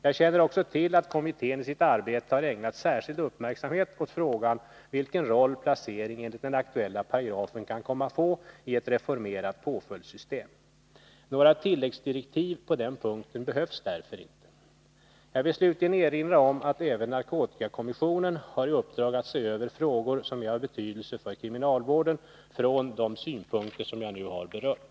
Jag känner också till att kommittén i sitt arbete har ägnat särskild uppmärksamhet åt frågan vilken roll placering enligt den aktuella paragrafen kan komma att få i ett reformerat påföljdssystem. Några tilläggsdirektiv på den punkten behövs därför inte. Jag vill slutligen erinra om att även narkotikakommissionen har i uppdrag att se över frågor som är av betydelse för kriminalvården från de synpunkter som nu har berörts.